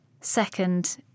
second